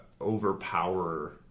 overpower